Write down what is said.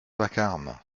vacarme